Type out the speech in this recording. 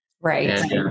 right